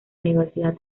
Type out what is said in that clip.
universidad